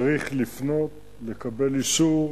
צריך לפנות לקבל אישור.